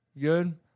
Good